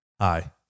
Hi